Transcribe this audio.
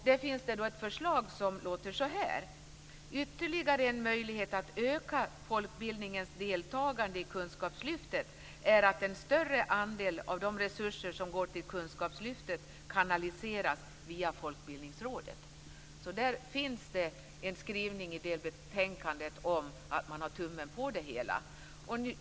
Där finns ett förslag som lyder: Ytterligare en möjlighet att öka folkbildningens deltagande i kunskapslyftet är att en större andel av de resurser som går till kunskapslyftet kanaliseras via Det finns alltså en skrivning i delbetänkandet som visar att man har tummen på det hela.